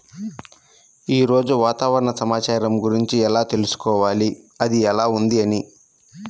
ఈరోజు వాతావరణ సమాచారం గురించి ఎలా తెలుసుకోవాలి అది ఎలా ఉంది అని?